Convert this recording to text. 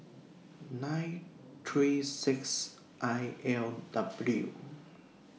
nine three six I L W